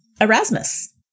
Erasmus